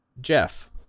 Jeff